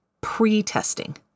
pre-testing